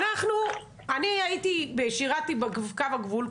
אני שירתי בקו הגבול.